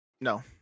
no